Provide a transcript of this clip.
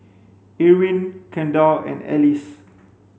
Irwin Kendall and Alyce